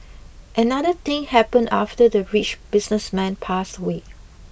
another thing happened after the rich businessman passed away